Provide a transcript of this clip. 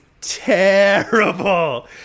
terrible